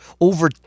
over